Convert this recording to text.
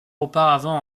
auparavant